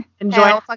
Enjoy